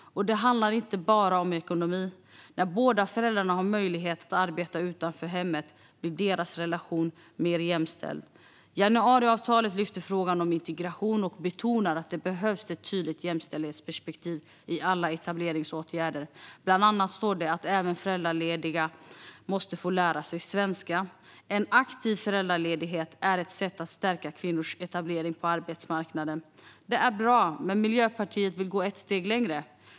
Och det handlar inte bara om ekonomi. När båda föräldrarna har möjlighet att arbeta utanför hemmet blir deras relation mer jämställd. Januariavtalet lyfter upp frågan om integration och betonar att det behövs ett tydligt jämställdhetsperspektiv i alla etableringsåtgärder. Det står bland annat att även föräldralediga måste få lära sig svenska. En aktiv föräldraledighet är ett sätt att stärka kvinnors etablering på arbetsmarknaden. Detta är bra. Men Miljöpartiet vill gå ett steg längre.